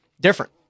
Different